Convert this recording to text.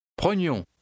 Prenions